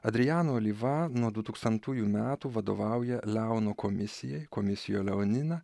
adriano olyva nuo dutūkstantųjų metų vadovauja leono komisijai komisijoj leonina